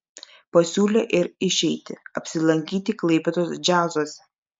pasiūlė ir išeitį apsilankyti klaipėdos džiazuose